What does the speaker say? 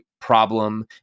problem